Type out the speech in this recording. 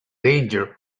danger